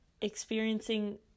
experiencing